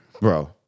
bro